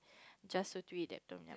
just to eat that tomyum